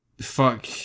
fuck